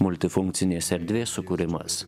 multifunkcinės erdvės sukūrimas